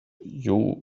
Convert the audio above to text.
you